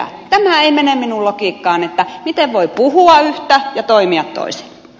tämä ei mene minun logiikkaani että miten voi puhua yhtä ja toimia taas